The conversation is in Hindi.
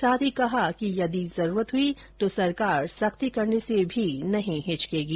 साथ ही कहा कि यदि जरूरत हुई तो सरकार सख्ती करने से भी नहीं हिचकेगी